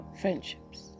friendships